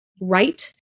right